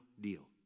deal